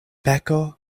peko